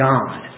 God